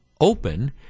open